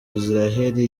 isiraheli